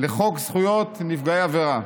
לחוק זכויות נפגעי עבירה.